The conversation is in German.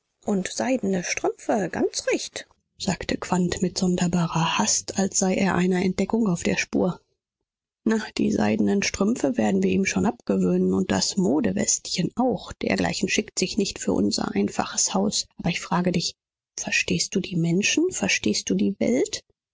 und seidene strümpfe ganz recht sagte quandt mit sonderbarer hast als sei er einer entdeckung auf der spur na die seidenen strümpfe werden wir ihm schon abgewöhnen und das modewestchen auch dergleichen schickt sich nicht für unser einfaches haus aber ich frage dich verstehst du die menschen verstehst du die welt